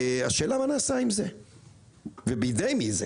והשאלה מה נעשה עם זה ובידי מי זה?